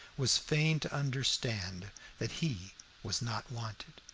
was fain to understand that he was not wanted,